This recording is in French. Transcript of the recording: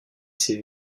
ses